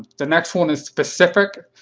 the next one is specific.